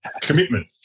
Commitment